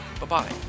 Bye-bye